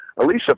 Alicia